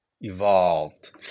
evolved